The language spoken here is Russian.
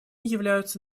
являются